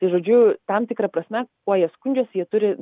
tai žodžiu tam tikra prasme kuo jie skundžiasi jie turi